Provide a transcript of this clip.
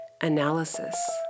Analysis